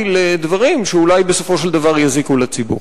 לדברים שאולי בסופו של דבר יזיקו לציבור.